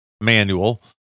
manual